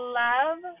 love